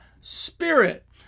Spirit